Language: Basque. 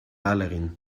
ahalegin